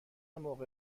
موقع